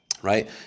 Right